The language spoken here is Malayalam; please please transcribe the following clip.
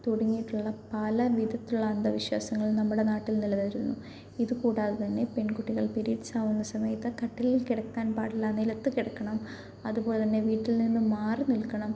തുടങ്ങിയിട്ടുള്ള പല വിധത്തിലുള്ള അന്ധവിശ്വാസങ്ങൾ നമ്മുടെ നാട്ടിൽ നില നിന്നിരുന്നു ഇതുകൂടാതെ തന്നെ പെൺകുട്ടികൾ പിരീഡ്സാവുന്ന സമയത്ത് കട്ടിലിൽ കിടക്കാൻ പാടില്ല നിലത്തു കിടക്കണം അതുപോലെ തന്നെ വീട്ടിൽ നിന്നും മാറി നിൽക്കണം